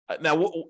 Now